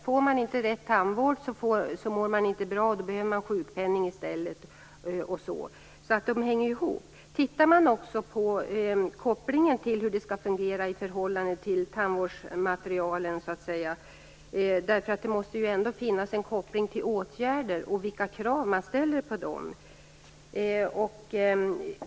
Får man inte rätt tandvård mår man inte bra och behöver sjukpenning i stället. De hänger ihop. Tittar man också på kopplingen till tandvårdsmaterialen? Det måste finnas en koppling till åtgärder och de krav som ställs på dessa.